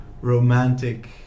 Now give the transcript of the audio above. romantic